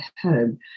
home